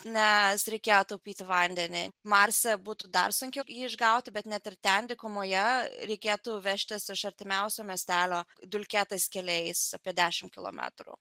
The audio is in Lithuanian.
nes reikėjo taupyti vandenį marse būtų dar sunkiau jį išgauti bet net ir ten dykumoje reikėtų vežtis iš artimiausio miestelio dulkėtais keliais apie dešim kilometrų